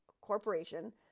corporation